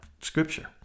scripture